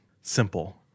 Simple